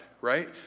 right